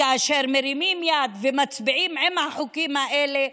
כאשר מרימים יד ומצביעים על החוקים האלה,